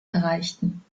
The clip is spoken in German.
erreichten